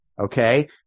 okay